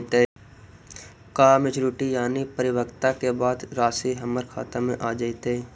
का मैच्यूरिटी यानी परिपक्वता के बाद रासि हमर खाता में आ जइतई?